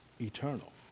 eternal